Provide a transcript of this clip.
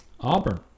Auburn